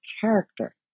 character